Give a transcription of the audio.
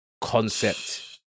concept